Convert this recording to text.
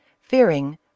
fearing